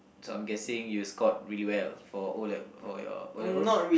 so I'm guessing you scored really well for O-lev~ for your O-levels